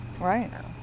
right